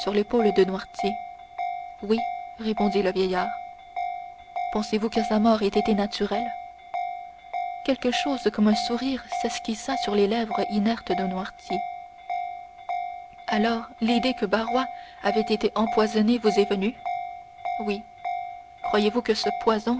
l'épaule de noirtier oui répondit le vieillard pensez-vous que sa mort ait été naturelle quelque chose comme un sourire s'esquissa sur les lèvres inertes de noirtier alors l'idée que barrois avait été empoisonné vous est venue oui croyez-vous que ce poison